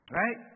right